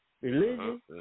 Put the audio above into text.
religion